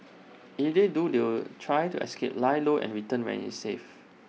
if they do they'll try to escape lie low and return when IT is safe